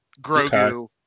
Grogu